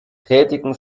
tätigen